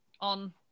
on